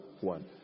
one